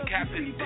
Captain